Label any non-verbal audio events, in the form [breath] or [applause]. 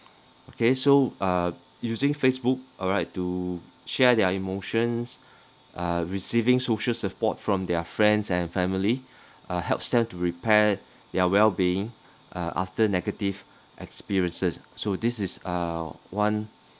okay so uh using facebook alright to share their emotions [breath] uh receiving social support from their friends and family [breath] uh helps them to repair their well being uh after negative experiences so this is uh one